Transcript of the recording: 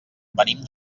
venim